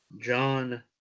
John